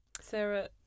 Sarah